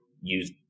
use